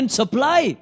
supply